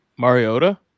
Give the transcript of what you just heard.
Mariota